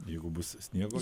jeigu bus sniego